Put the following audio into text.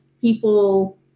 people